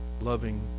loving